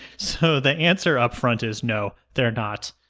so the answer up front is no. they're not.